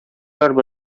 арба